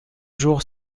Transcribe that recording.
jours